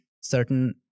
certain